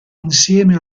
insieme